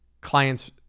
clients